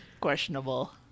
Questionable